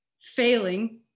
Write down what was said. failing